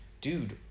dude